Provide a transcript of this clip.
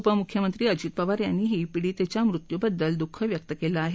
उपमुख्यमंत्री अजित पवार यांनीही पिडीतेच्या मृत्युबद्दल दुःख व्यक्त केलं आहे